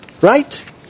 right